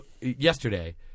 Yesterday